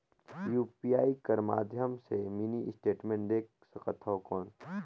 UPI कर माध्यम से मिनी स्टेटमेंट देख सकथव कौन?